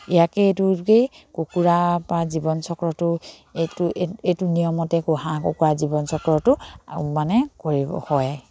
ইয়াকে এইটোকেই কুকুৰা পৰা জীৱন চক্ৰটো এইটো এইটো নিয়মতে হাঁহ কুকুৰা জীৱন চক্ৰটো মানে কৰিব হয়